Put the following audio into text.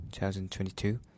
2022